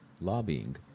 lobbying